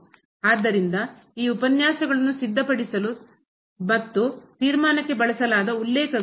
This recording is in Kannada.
ಆದ್ದರಿಂದ ಈ ಉಪನ್ಯಾಸಗಳನ್ನು ಸಿದ್ಧಪಡಿಸಲು ಮತ್ತು ತೀರ್ಮಾನಕ್ಕೆ ಬಳಸಲಾದ ಉಲ್ಲೇಖಗಳು ಇವು